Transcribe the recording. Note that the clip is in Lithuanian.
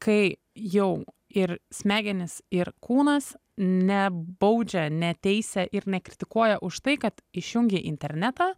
kai jau ir smegenys ir kūnas nebaudžia neteisia ir nekritikuoja už tai kad išjungei internetą